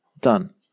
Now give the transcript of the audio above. Done